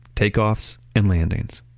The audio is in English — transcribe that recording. takeoffs and landings.